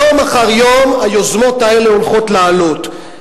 יום אחר יום היוזמות האלה הולכות לעלות.